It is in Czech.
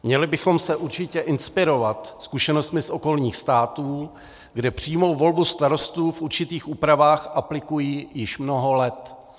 Měli bychom se určitě inspirovat zkušenostmi z okolních států, kde přímou volbu starostů v určitých úpravách aplikují již mnoho let.